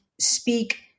speak